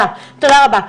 תודה רבה.